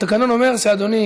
התקנון אומר שאדוני,